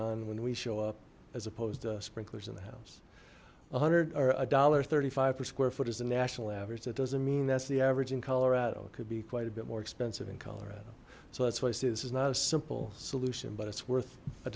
on when we show up as opposed sprinklers in the house one hundred or a dollar thirty five per square foot is the national average that doesn't mean that's the average in colorado could be quite a bit more expensive in colorado so that's why i say this is not a simple solution but it's worth a